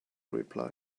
reply